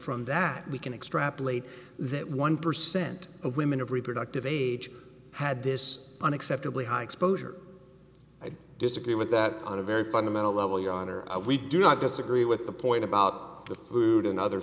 from that we can extrapolate that one percent of women of reproductive age had this unacceptably high exposure i'd disagree with that on a very fundamental level your honor we do not disagree with the point about the food and other